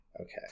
okay